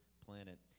planet